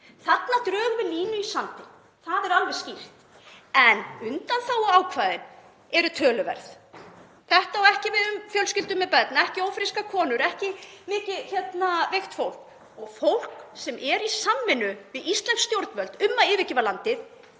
Þarna drögum línu í sandinn, það er alveg skýrt. En undanþáguákvæðin eru töluverð: Þetta á ekki við um fjölskyldu með börn, ekki ófrískar konur, ekki mikið veikt fólk. Og fólk sem er í samvinnu við íslensk stjórnvöld um að yfirgefa landið